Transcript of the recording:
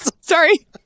sorry